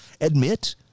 admit